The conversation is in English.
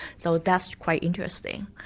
so that's quite interesting.